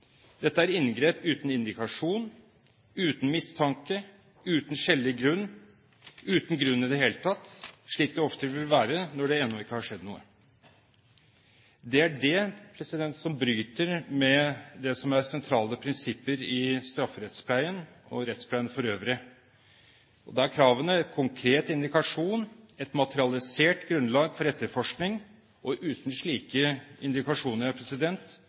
dette inngrepet er uforholdsmessig, fordi dette er inngrep uten indikasjon, uten mistanke, uten skjellig grunn, uten grunn i det hele tatt, slik det ofte vil være når det ennå ikke har skjedd noe. Det er det som bryter med sentrale prinsipper i strafferettspleien og rettspleien for øvrig. Da er kravene konkret indikasjon, et materialisert grunnlag for etterforskning, og uten slike indikasjoner: